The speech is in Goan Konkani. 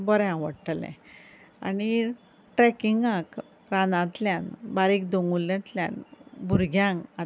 बरें आवडटलें आनी ट्रेकींगाक रानांतल्यान बारीक दोंगुल्यांतल्यान भुरग्यांक मात